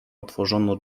otworzono